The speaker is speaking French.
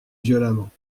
violemment